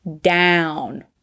down